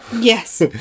Yes